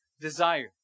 desire